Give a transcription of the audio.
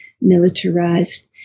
militarized